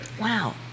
Wow